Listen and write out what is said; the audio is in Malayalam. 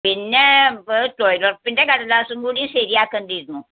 പിന്നെ തൊഴിലുറപ്പിൻ്റെ കടലാസുംകൂടി ശരിയാക്കേണ്ടിയിരുന്നു